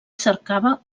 cercava